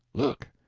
look!